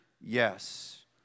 Yes